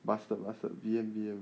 bastard bastard B_M B_M